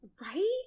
Right